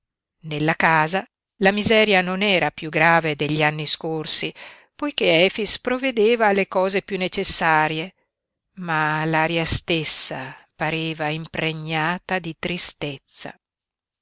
nella casa la miseria non era piú grave degli anni scorsi poiché efix provvedeva alle cose piú necessarie ma l'aria stessa pareva impregnata di tristezza